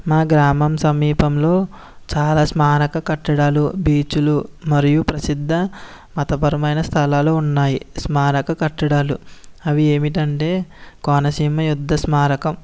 మా గ్రామం సమీపంలో చాలా స్మారక కట్టడాలు బీచ్లు మరియు ప్రసిద్ద మతపరమైన స్థలాలు ఉన్నాయి స్మారక కట్టడాలు అవి ఏమిటంటే కోనసీమ యుద్ధ స్మారకం